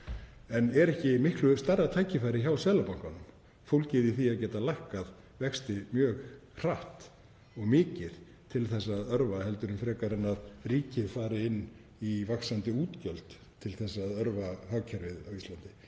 En er ekki miklu stærra tækifæri hjá Seðlabankanum fólgið í því að geta lækkað vexti mjög hratt og mikið til að örva, frekar en að ríkið fari inn í vaxandi útgjöld til að örva hagkerfið á Íslandi?